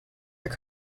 your